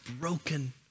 broken